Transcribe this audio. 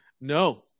No